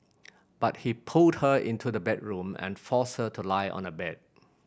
but he pulled her into the bedroom and forced her to lie on a bed